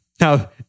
Now